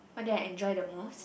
what did I enjoy the most